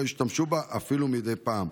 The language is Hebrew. לא ישתמשו בה אפילו מדי פעם.